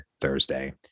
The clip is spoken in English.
Thursday